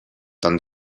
tan